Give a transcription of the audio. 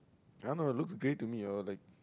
I don't know looks grey to me or like